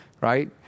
right